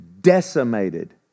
decimated